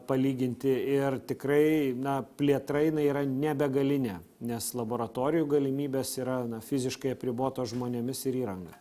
palyginti ir tikrai na plėtra jinai yra ne begalinė nes laboratorijų galimybės yra fiziškai apribotos žmonėmis ir įranga